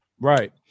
right